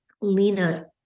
Lena